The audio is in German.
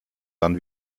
dann